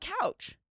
couch